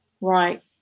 Right